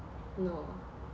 no